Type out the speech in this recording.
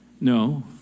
No